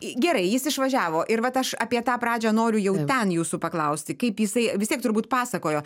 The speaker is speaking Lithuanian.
gerai jis išvažiavo ir vat aš apie tą pradžią noriu jau ten jūsų paklausti kaip jisai vis tiek turbūt pasakojo